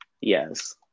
Yes